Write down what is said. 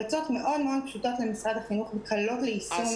המלצות מאוד מאוד פשוטות וקלות ליישום.